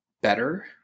better